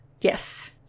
yes